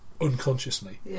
unconsciously